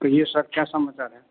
कहिए सर क्या समस्या है